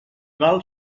val